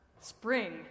spring